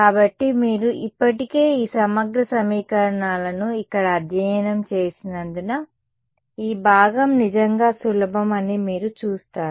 కాబట్టి మీరు ఇప్పటికే ఈ సమగ్ర సమీకరణాలను ఇక్కడ అధ్యయనం చేసినందున ఈ భాగం నిజంగా సులభం అని మీరు చూస్తారు